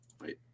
Wait